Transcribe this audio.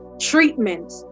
treatment